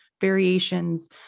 variations